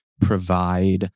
provide